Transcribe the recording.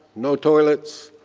no toilets,